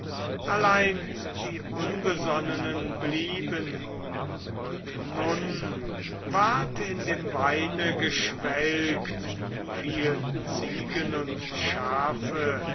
allein die unbesonnenen blieben und nun ward in dem weine geschwelgt viel ziegen und schafe